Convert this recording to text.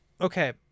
okay